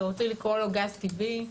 אתם רוצים לקרוא לו גז טבעי,